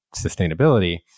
sustainability